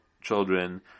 children